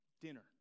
dinner